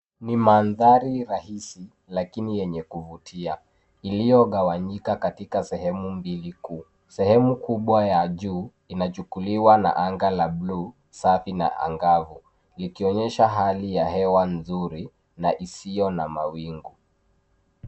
Ni mandhari rahisi lakini yenye kuvutia iliyogawanyika katika sehemu mbili kuu. Sehemu kubwa ya juu inachukuliwa na anga la blue safi na angavu likionyesha hali ya hewa nzuri na isiyo na mawingu.